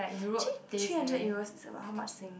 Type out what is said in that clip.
actually three hundred Euros is about how much Sing